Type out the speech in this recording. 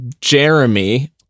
Jeremy